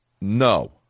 no